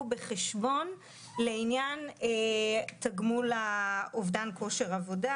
בחשבון לעניין תגמול אובדן כושר עבודה,